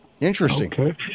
Interesting